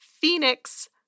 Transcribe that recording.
Phoenix